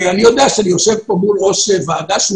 אני יודע שאני יושב פה מול ראש ועדה שהוא